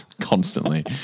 Constantly